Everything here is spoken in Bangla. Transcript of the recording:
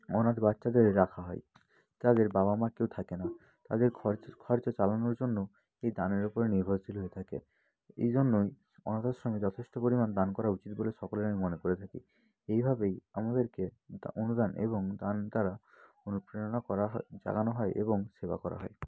অনাথ বাচ্চাদের রাখা হয় যাদের বাবা মা কেউ থাকে না তাদের খরচা খরচা চালানোর জন্য এই দানের ওপরে নির্ভরশীল হয়ে থাকে এই জন্যই অনাথ আশ্রমে যথেষ্ট পরিমাণ দান করা উচিত বলে সকলের আমি মনে করে থাকি এইভাবেই আমাদেরকে দা অনুদান এবং দান দ্বারা অনুপ্রেরণা করা হয় জাগানো হয় এবং সেবা করা হয়